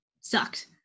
sucked